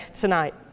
tonight